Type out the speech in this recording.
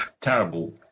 terrible